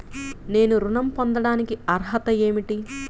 నేను ఋణం పొందటానికి అర్హత ఏమిటి?